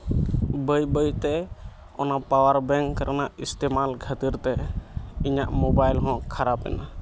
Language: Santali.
ᱵᱟᱹᱭ ᱵᱟᱹᱭᱛᱮ ᱯᱟᱣᱟᱨ ᱵᱮᱝᱠ ᱨᱮᱱᱟᱜ ᱤᱥᱛᱮᱢᱟᱞ ᱠᱷᱟᱹᱛᱤᱨᱛᱮ ᱤᱧᱟᱹᱜ ᱢᱳᱵᱟᱭᱤᱞ ᱦᱚᱸ ᱠᱷᱟᱨᱟᱯᱮᱱᱟ